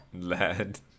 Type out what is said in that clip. lad